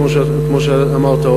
כמו שאמרת,